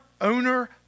owner